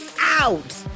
out